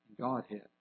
Godhead